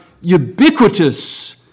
ubiquitous